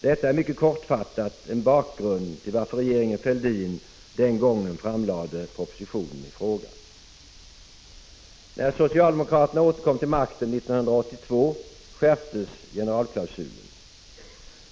Detta är mycket kortfattat en bakgrund till varför regeringen Fälldin framlade propositionen i fråga. När socialdemokraterna återkom till makten 1982 skärptes generalklausulen.